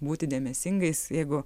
būti dėmesingais jeigu